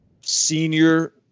senior